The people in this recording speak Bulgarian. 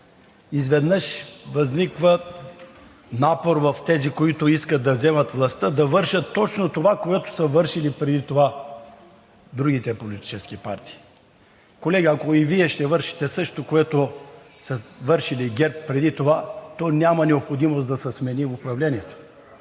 Изведнъж изниква напор в тези, които искат да вземат властта, да вършат точно това, което са вършили преди това другите политически партии. Колеги, ако и Вие ще вършите същото, което ГЕРБ са вършили преди това, то няма необходимост да се смени управлението.